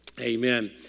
Amen